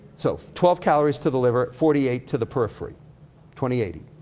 so, twelve calories to the liver, forty eight to the periphery twenty eighty.